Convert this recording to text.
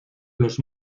los